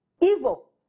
evil